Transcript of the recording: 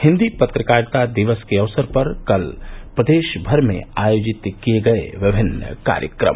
हिन्दी पत्रकारिता दिवस के अवसर पर कल प्रदेश भर में आयोजित किये गये विभिन्न कार्यक्रम